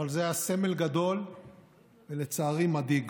אבל זה היה סמל גדול ולצערי מדאיג.